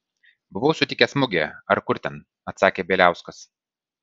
buvau sutikęs mugėje ar kur ten atsakė bieliauskas